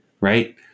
Right